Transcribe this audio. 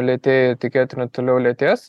lėtėja tikėtina toliau lėtės